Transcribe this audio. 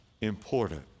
important